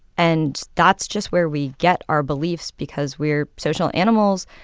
and that's just where we get our beliefs because we're social animals.